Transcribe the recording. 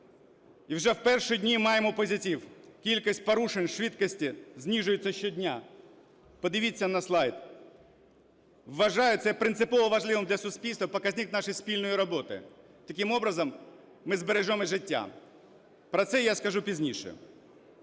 І вже в перші дні маємо позитив: кількість порушень швидкості знижується щодня. Подивіться на слайд. Вважаю це принципово важливим для суспільства – показник нашої спільної роботи. Таким образом ми збережемо і життя. Про це я скажу пізніше.